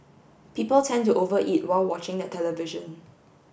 people tend to over eat while watching the television